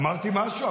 אמרתי משהו?